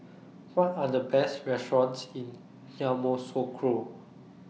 What Are The Best restaurants in Yamoussoukro